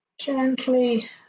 Gently